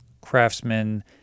Craftsman